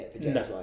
No